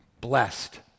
blessed